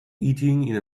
eating